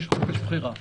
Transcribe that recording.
יש בחירה.